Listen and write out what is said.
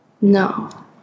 No